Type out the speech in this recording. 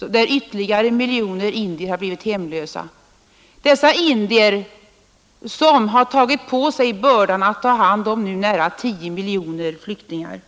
genom vilken ytterligare miljoner indier har blivit hemlösa — dessa indier som har tagit på sig bördan att ta hand om nu nära 10 miljoner flyktingar!